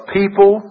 people